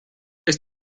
ist